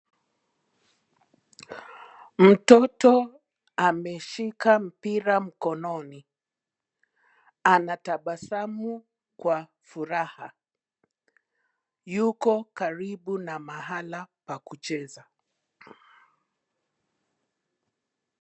Mtoto ameshika mpira mkononi. Anatabasamu kwa furaha. Yuko karibu na mahali pa kucheza.